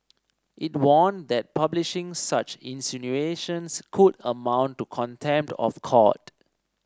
it warned that publishing such insinuations could amount to contempt of court